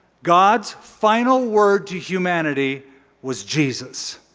god's final word to humanity was jesus.